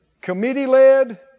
committee-led